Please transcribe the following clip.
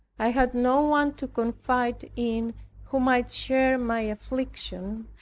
i had no one to confide in who might share my affliction,